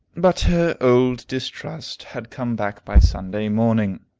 but her old distrust had come back by sunday morning.